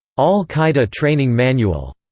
al qaeda training manual.